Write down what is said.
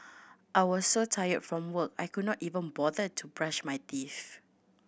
I was so tired from work I could not even bother to brush my teeth